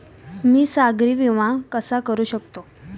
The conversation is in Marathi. मी सागरी विमा कसा करू शकतो?